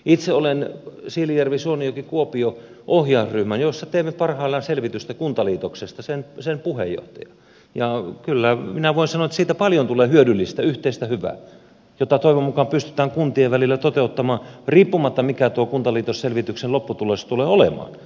itse olen puheenjohtaja siilinjärvisuonenjokikuopio ohjausryhmässä jossa teemme parhaillaan selvitystä kuntaliitoksesta ja kyllä minä voin sanoa että siitä tulee paljon hyödyllistä yhteistä hyvää jota toivon mukaan pystytään kuntien välillä toteuttamaan riippumatta mikä tuo kuntaliitosselvityksen lopputulos tulee olemaan